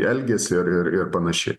elgesį ir ir ir panašiai